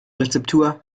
rezeptur